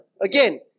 again